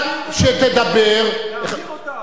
להעביר אותם.